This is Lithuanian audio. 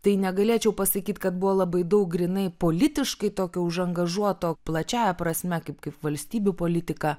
tai negalėčiau pasakyt kad buvo labai daug grynai politiškai tokio užangažuoto plačiąja prasme kaip kaip valstybių politika